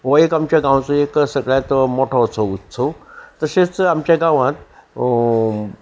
हो एक आमच्या गांवचो एक सगळ्यात मोठोसो उत्सव तशेंच आमच्या गांवांत